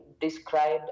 described